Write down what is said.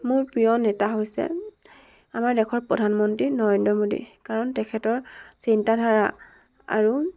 মোৰ প্ৰিয় নেতা হৈছে আমাৰ দেশৰ প্ৰধানমন্ত্ৰী নৰেন্দ্ৰ মোডী কাৰণ তেখেতৰ চিন্তাধাৰা আৰু